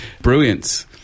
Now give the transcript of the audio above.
brilliance